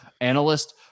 analyst